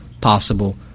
possible